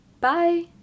Bye